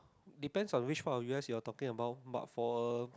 depends on which part of u_s you are talking about but for a